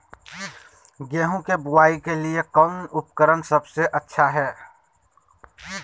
गेहूं के बुआई के लिए कौन उपकरण सबसे अच्छा है?